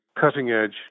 cutting-edge